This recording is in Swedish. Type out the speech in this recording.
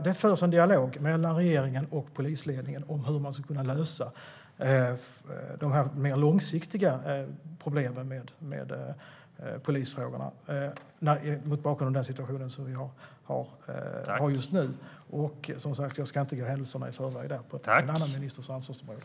Det förs en dialog mellan regeringen och polisledningen om hur man ska kunna lösa de mer långsiktiga problemen med polisfrågorna mot bakgrund av den situation vi har just nu. Jag ska inte gå händelserna i förväg på en annan ministers ansvarsområde.